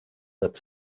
that